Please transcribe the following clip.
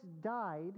died